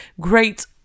great